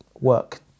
work